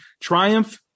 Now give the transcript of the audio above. Triumph